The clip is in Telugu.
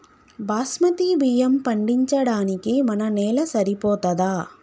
బాస్మతి బియ్యం పండించడానికి మన నేల సరిపోతదా?